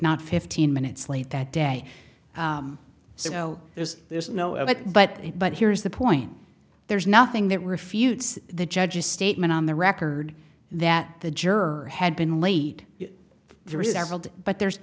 not fifteen minutes late that day so there's there's no about but but here's the point there's nothing that refutes the judge's statement on the record that the juror had been late for the re